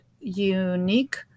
unique